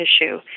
issue